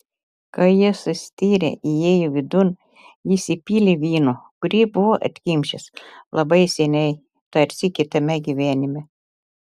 kai jie sustirę įėjo vidun jis įpylė vyno kurį buvo atkimšęs labai seniai tarsi kitame gyvenime